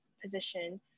position